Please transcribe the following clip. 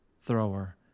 thrower